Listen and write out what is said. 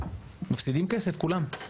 מפסידים כסף כולם.